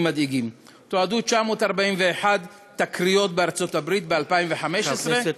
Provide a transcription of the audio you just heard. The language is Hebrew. מדאיגים: תועדו 941 תקריות בארצות-הברית ב-2015,